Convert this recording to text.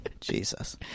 jesus